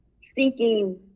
seeking